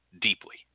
deeply